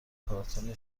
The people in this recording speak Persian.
کارتن